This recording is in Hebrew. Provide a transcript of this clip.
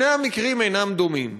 שני המקרים אינם דומים,